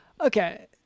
Okay